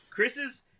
Chris's